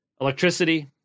Electricity